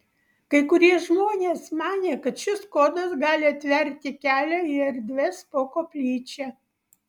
kai kurie žmonės manė kad šis kodas gali atverti kelią į erdves po koplyčia